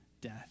death